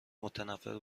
متنفر